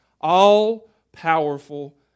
all-powerful